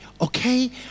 okay